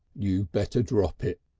you better drop it,